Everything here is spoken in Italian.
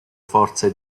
forze